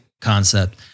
concept